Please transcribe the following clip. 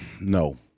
No